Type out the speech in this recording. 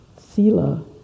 sila